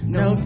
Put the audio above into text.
no